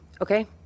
okay